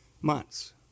months